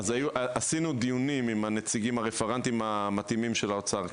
עשינו דיונים עם הנציגים הרפרנטים המתאימים של האוצר,